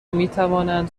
میتوانند